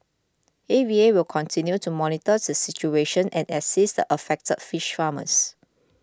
A V A will continue to monitor the situation and assist the affected fish farmers